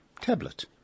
tablet